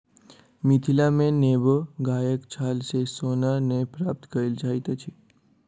मिथिला मे नेबो गाछक छाल सॅ सोन नै प्राप्त कएल जाइत अछि